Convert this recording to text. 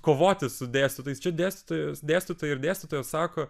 kovoti su dėstytojais čia dėstytojos dėstytojai ir dėstytojas sako